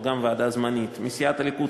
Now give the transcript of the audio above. גם ועדה זמנית: מסיעת הליכוד,